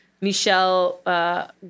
Michelle